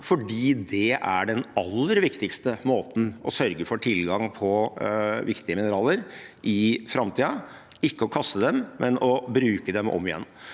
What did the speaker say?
for det er den aller viktigste måten å sørge for tilgang på viktige mineraler i framtiden: ikke å kaste dem, men å bruke dem om igjen.